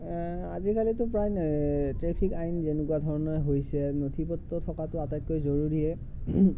আজিকালিতো প্ৰায় এই ট্ৰেফিক আইন যেনেকুৱা ধৰণেৰে হৈছে নথি পত্ৰ থকাতো আটাইতকৈ জৰুৰীয়ে